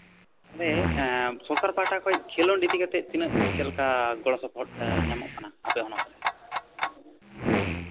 ᱛᱟᱦᱚᱞᱮ ᱥᱚᱨᱠᱟᱨ ᱯᱟᱦᱴᱟ ᱠᱷᱚᱱ ᱠᱷᱮᱞᱳᱰ ᱤᱫᱤ ᱠᱟᱛᱮᱜ ᱛᱤᱱᱟᱹᱜ ᱪᱮᱫ ᱞᱮᱠᱟ ᱜᱚᱲᱚ ᱥᱚᱯᱚᱦᱚᱫ ᱧᱟᱢᱚᱜ ᱠᱟᱱᱟ ᱟᱯᱮ ᱦᱚᱱᱚᱛᱨᱮ